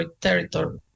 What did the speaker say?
territory